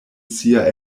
sia